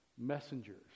messengers